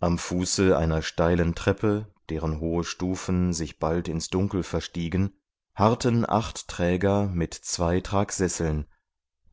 am fuße einer steilen treppe deren hohe stufen sich bald ins dunkel verstiegen harrten acht träger mit zwei tragsesseln